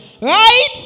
Right